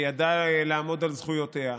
וידע לעמוד על זכויותיה.